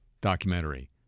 documentary